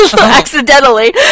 accidentally